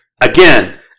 again